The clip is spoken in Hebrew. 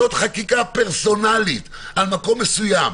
זאת חקיקה פרסונלית על מקום מסוים.